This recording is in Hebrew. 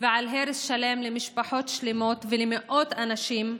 ועל הרס שלם למשפחות שלמות ולמאות אנשים.